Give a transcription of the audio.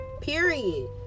period